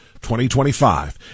2025